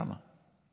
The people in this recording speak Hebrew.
למה?